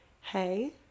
hey